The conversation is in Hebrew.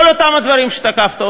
כל אותם הדברים שתקפת,